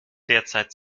derzeit